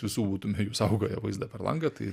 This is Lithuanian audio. visų būtume jų saugoję vaizdą per langą tai